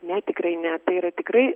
ne tikrai ne tai yra tikrai